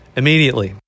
immediately